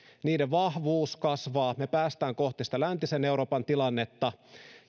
niiden vahvuus kasvaa me pääsemme kohti läntisen euroopan tilannetta